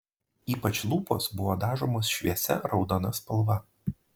ypač lūpos buvo dažomos šviesia raudona spalva